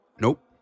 Nope